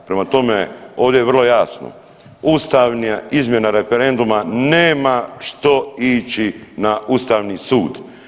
Prema tome, ovdje je vrlo jasno, ustavna izmjena referenduma nema što ići na Ustavni sud.